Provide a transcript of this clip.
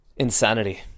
Insanity